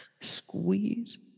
Squeeze